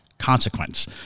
consequence